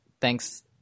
Thanks